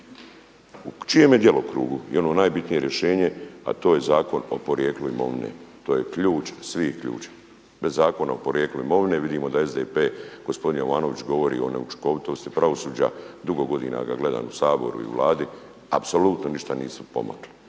u čijem je djelokrugu i ono najbitnije rješenje, a to je Zakon o porijeklu imovine, to je ključ svih ključeva. Bez Zakona o porijeklu imovine vidimo da SDP gospodin Jovanović govori o neučinkovitosti pravosuđa dugo godina ga gledam u Saboru i u Vladi apsolutno ništa nisu pomakli.